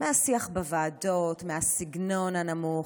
מהשיח בוועדות, מהסגנון הנמוך,